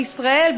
בישראל,